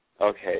Okay